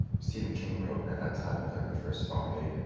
stephen king wrote, and at that time, i placed my first farm aid, and